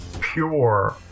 pure